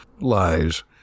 lies